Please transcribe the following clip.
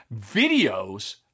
videos